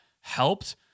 helped